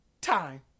time